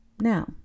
now